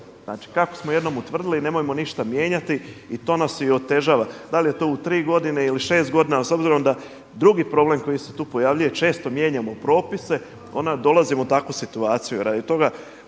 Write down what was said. znači kako smo jednom utvrdili nemojmo ništa mijenjati i to nas i otežava. Dal je to u tri godine ili u šest godina, a s obzirom da drugi problem koji se tu pojavljuje često mijenjamo propise, onda dolazimo u takvu situaciju radi toga.